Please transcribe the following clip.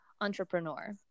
entrepreneur